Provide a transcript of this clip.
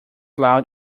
loud